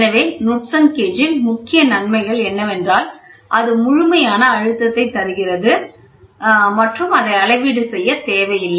எனவே நுட்சன் கேஜ்ன் முக்கிய நன்மைகள் என்னவென்றால் அது முழுமையான அழுத்தத்தைத் தருகிறது மற்றும் அதை அளவீடு செய்ய தேவையில்லை